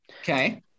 Okay